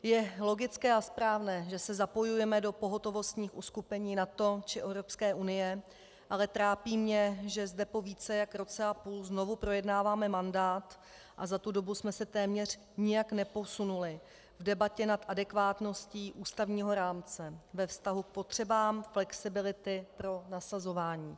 Je logické a správné, že se zapojujeme do pohotovostních uskupení NATO či EU, ale trápí mě, že zde po více jak roce a půl znovu projednáváme mandát a za tu dobu jsme se téměř nijak neposunuli v debatě nad adekvátností ústavního rámce ve vztahu k potřebám flexibility pro nasazování.